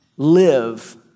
live